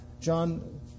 John